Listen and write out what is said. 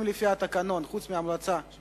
אם, לפי התקנון, חוץ מהמלצה יש